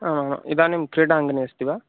इदानीं क्रीडाङ्गणे अस्ति वा